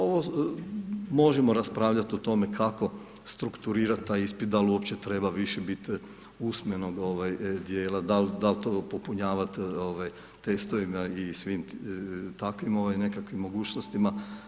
Ovo, možemo raspravljati o tome kako strukturirati taj ispit, da li uopće treba više biti usmenog dijela, da li to popunjavati testovima i svim takvim nekakvim mogućnostima.